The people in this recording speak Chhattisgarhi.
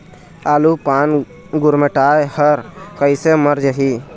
आलू पान गुरमुटाए हर कइसे मर जाही?